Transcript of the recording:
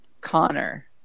Connor